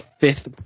fifth